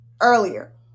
earlier